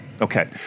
Okay